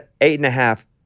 eight-and-a-half